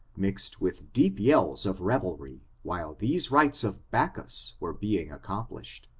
mixed with deep yells of revelry, while these rites of bacchus were being accomplished.